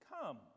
Come